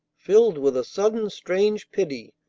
filled with a sudden strange pity,